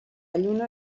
lluna